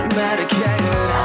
medicated